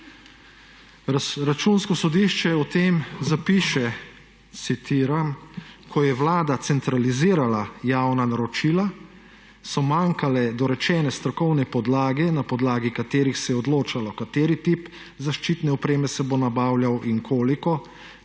Računsko sodišče o tem zapiše, citiram, »ko je Vlada centralizirala javna naročila, so manjkale dorečene strokovne podlage, na podlagi katerih se je odločalo, kateri tip zaščitne opreme se bo nabavljal in koliko